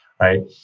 right